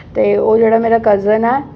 ते ओह् जेह्ड़ा मेरा कज़न ऐ